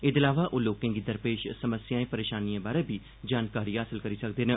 एह्दे अलावा ओह् लोकें गी दरपेश समस्याए परेशानिएं बारै बी जानकारी हासल करी सकदे न